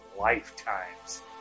lifetimes